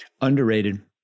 Underrated